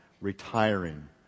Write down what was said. retiring